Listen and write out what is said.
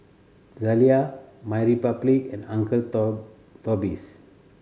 Zalia MyRepublic and Uncle Toby's